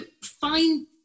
find